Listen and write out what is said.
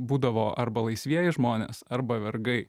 būdavo arba laisvieji žmonės arba vergai